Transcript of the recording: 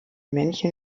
männchen